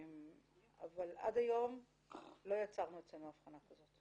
אבל עד היום לא יצרנו אצלנו הבחנה כזאת.